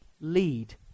lead